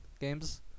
games